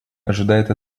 ожидает